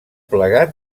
plegat